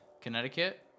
Connecticut